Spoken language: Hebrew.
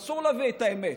אסור להביא את האמת,